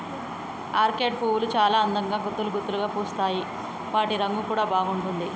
orchid పువ్వులు చాల అందంగా గుత్తులుగా పూస్తాయి వాటి రంగు కూడా బాగుంటుంది